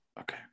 Okay